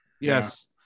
Yes